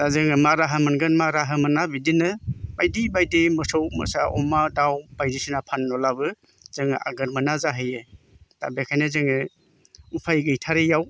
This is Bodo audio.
जोङो मा राहा मोनगोन मा राहा मोना बिदिनो बायदि बायदि मोसौ मोसा अमा दाउ बायदिसिना फानलुलाबो जोङो आगोर मोना जाहैयो दा बेखायनो जोङो उफाय गैथारैयाव